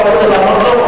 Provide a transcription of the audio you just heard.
אתה רוצה לענות לו?